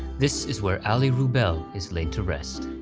this is where allie wrubel is laid to rest.